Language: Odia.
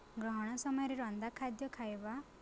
ଗ୍ରହଣ ସମୟରେ ରନ୍ଧା ଖାଦ୍ୟ ଖାଇବା